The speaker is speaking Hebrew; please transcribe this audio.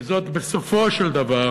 כי זאת בסופו של דבר